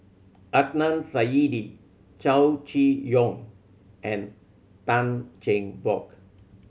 Adnan Saidi Chow Chee Yong and Tan Cheng Bock